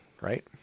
right